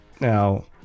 Now